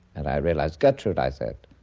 and i realised, gertrude i said,